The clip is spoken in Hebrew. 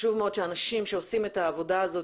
חשוב מאוד שהאנשים שעושים את העבודה הזאת